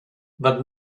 but